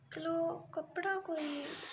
लो कपड़ा कोई